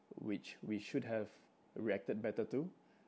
which we should have reacted better to